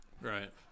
Right